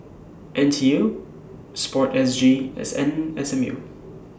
N T U Sport S G as N S M U